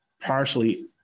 partially